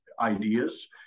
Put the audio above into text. ideas